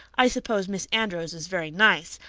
i suppose miss andrews is very nice.